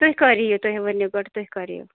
تُہۍ کَر یِیِو تُہۍ ؤنِو گوٕڈ تُہۍ کَر یِیِو